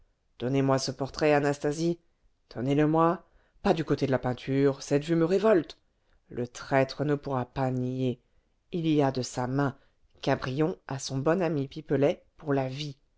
donnez-moi ce portrait anastasie donnez-le-moi pas du côté de la peinture cette vue me révolte le traître ne pourra pas nier il y a de sa main cabrion à son bon ami pipelet pour la vie